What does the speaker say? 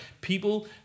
people